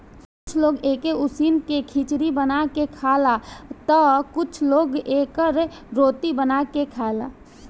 कुछ लोग एके उसिन के खिचड़ी बना के खाला तअ कुछ लोग एकर रोटी बना के खाएला